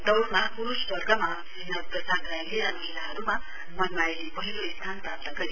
दौड़मा पुरुष वर्गमा श्री नरप्रसाद राईले र महिलाहरुमा मनमायाले पहिलो स्थान प्राप्त गरे